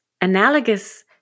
analogous